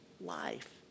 life